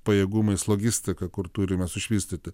pajėgumais logistika kur turim mes išvystyti